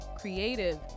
creative